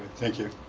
thank you.